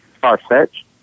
far-fetched